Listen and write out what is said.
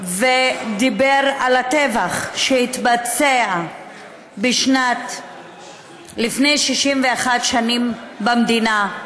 ודיבר על הטבח, שהתבצע לפני 61 שנים במדינה,